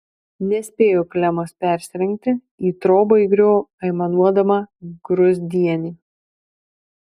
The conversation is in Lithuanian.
nespėjo klemas persirengti į trobą įgriuvo aimanuodama gruzdienė